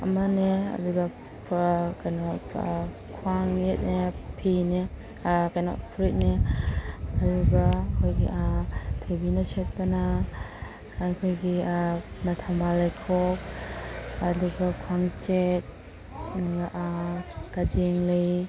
ꯑꯃꯅꯦ ꯑꯗꯨꯒ ꯀꯩꯅꯣ ꯈ꯭ꯋꯥꯡꯌꯦꯠꯅꯦ ꯐꯤꯅꯦ ꯀꯩꯅꯣ ꯐꯨꯔꯤꯠꯅꯦ ꯑꯗꯨꯒ ꯑꯩꯈꯣꯏꯒꯤ ꯊꯣꯏꯕꯤꯅ ꯁꯦꯠꯄꯅ ꯑꯩꯈꯣꯏꯒꯤ ꯊꯝꯕꯥꯜ ꯂꯩꯈꯣꯛ ꯑꯗꯨꯒ ꯈ꯭ꯋꯥꯡꯆꯦꯠ ꯑꯗꯨꯒ ꯀꯖꯦꯡ ꯂꯩ